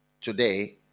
today